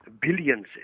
billions